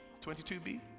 22B